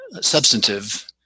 substantive